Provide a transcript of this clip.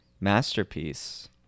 masterpiece